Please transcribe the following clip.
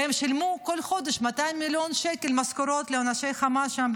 והם שילמו בכל חודש 200 מיליון שקל משכורות לאנשי חמאס שם,